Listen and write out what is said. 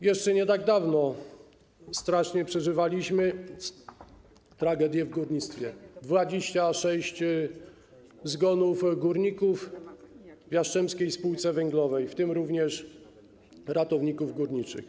Jeszcze nie tak dawno strasznie przeżywaliśmy tragedię w górnictwie - 26 zgonów górników w Jastrzębskiej Spółce Węglowej, w tym również ratowników górniczych.